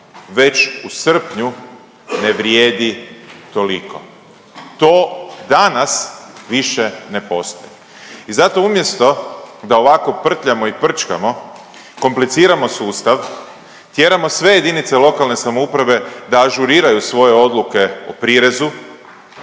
već u srpnju ne vrijedi toliko. To danas više ne postoji. I zato umjesto da ovako prtljamo i prčkamo kompliciramo sustav, tjeramo sve jedinice lokalne samouprave da ažuriranju svoje odluke o prirezu,